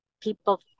people